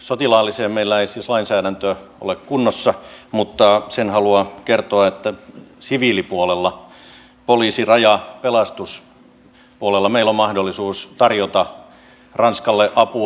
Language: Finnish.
sotilaalliseen meillä ei siis lainsäädäntö ole kunnossa mutta sen haluan kertoa että siviilipuolella poliisi raja pelastuspuolella meillä on mahdollisuus tarjota ranskalle apua